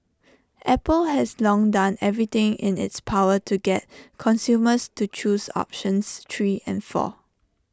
Apple has long done everything in its power to get consumers to choose options three and four